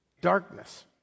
darkness